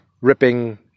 ripping